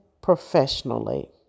professionally